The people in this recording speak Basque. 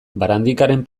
barandikaren